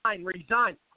resign